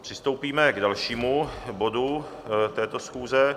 Přistoupíme k dalšímu bodu této schůze.